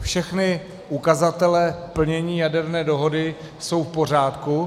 Všechny ukazatele plnění jaderné dohody jsou v pořádku.